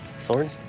Thorn